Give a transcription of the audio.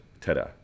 Ta-da